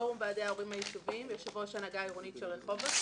פורום ועדי ההורים היישוביים ויושבת-ראש הנהגה עירונית של רחובות.